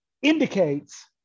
indicates